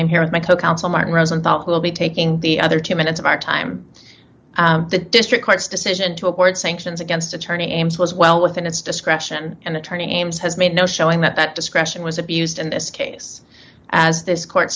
i'm here with my co counsel martin rosenthal will be taking the other two minutes of our time the district court's decision to award sanctions against attorney ames was well within its discretion and attorney ames has made no showing that discretion was abused in this case as this court